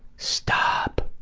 stop.